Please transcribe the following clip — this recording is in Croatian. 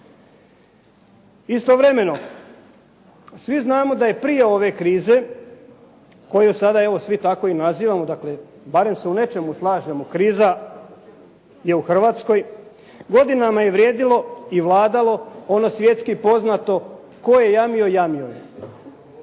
Istovremeno svi znamo da je prije ove krize, koju sada evo svi tako nazivamo, barem se u nečemu slažemo kriza je u Hrvatskoj. Godinama je vrijedilo i vladalo ono svjetski poznato tko je jamio, jamio je.